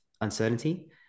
uncertainty